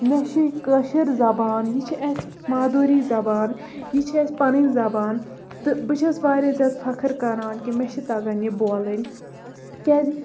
مےٚ چھ کٲشٕر زَبان یہِ چھِ اَسہِ مادُری زَبان یہِ چھِ اَسہِ پَنٕنۍ زَبان تہٕ بہٕ چھَس واریاہ زیادٕ فخر کَران کہِ مےٚ چھِ تَگان یہِ بولٕنۍ کیازِ